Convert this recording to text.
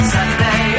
Saturday